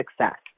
success